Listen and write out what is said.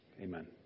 Amen